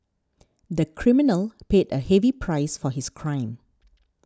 the criminal paid a heavy price for his crime